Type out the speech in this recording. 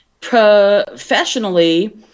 professionally